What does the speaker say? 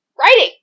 writing